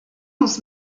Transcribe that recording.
muss